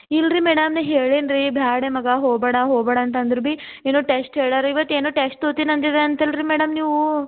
ಇಲ್ರಿ ಮೇಡಮ್ ನಾ ಹೇಳಿನಿ ರೀ ಬೇಡ ಮಗ ಹೊಗ್ಬೇಡಾ ಹೊಗ್ಬೇಡಾ ಅಂತ ಅಂದ್ರೆ ಬಿ ಏನು ಟೆಸ್ಟ್ ಹೇಳಾ ರೀ ಇವತ್ತು ಏನೋ ಟೆಸ್ಟ್ ತಗೋತೀನಿ ಅಂದಿಂದೆ ಅಂತಲ್ಲ ರೀ ಮೇಡಮ್ ನೀವೂ